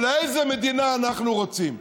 או לאיזו מדינה אנחנו רוצים,